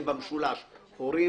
הן במשולש הורים,